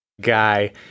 guy